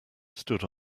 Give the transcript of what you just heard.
stood